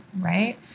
right